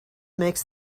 makes